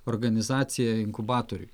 organizacija inkubatoriui